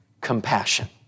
compassion